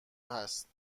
هست